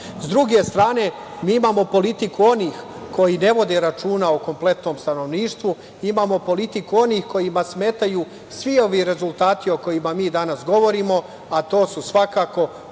druge strane, mi imamo politiku onih koji ne vode računa o kompletnom stanovništvu, imamo politiku onih kojima smetaju svi ovi rezultati o kojima mi danas govorimo, a to su svakako Dragan